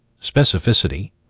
specificity